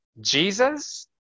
Jesus